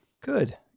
Good